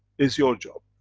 it's your job.